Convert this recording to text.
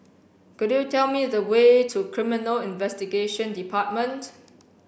could you tell me the way to Criminal Investigation Department